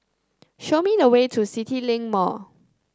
show me the way to CityLink Mall